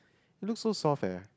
looks so soft leh